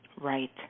Right